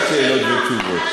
רק תאמר לנו אם הגורמים הבכירים הם